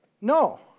No